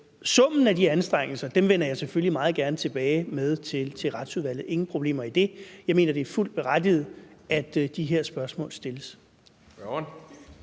Summen af de anstrengelser vender jeg selvfølgelig meget gerne tilbage med til Retsudvalget; ingen problemer i det. Jeg mener, det er fuldt berettiget, at de her spørgsmål stilles.